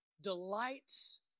delights